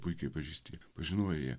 puikiai pažįsti pažinojai